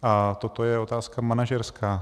A toto je otázka manažerská.